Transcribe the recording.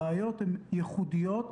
הבעיות ייחודיות,